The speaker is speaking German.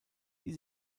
die